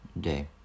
day